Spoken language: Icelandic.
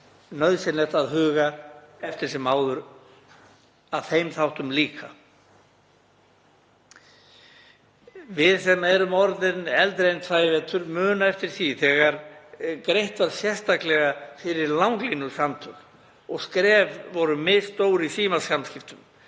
nauðsynlegt að huga eftir sem áður að þeim þáttum líka. Við sem erum orðin eldri en tvævetur munum eftir því þegar greitt var sérstaklega fyrir langlínusamtöl og skref voru misstór í símasamskiptum.